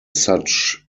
such